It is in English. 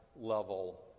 level